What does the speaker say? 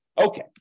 Okay